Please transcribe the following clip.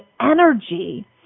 energy